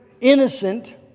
innocent